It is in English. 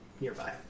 nearby